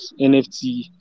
NFT